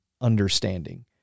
understanding